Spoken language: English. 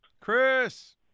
Chris